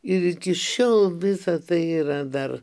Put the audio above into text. ir iki šiol visa tai yra dar